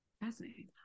fascinating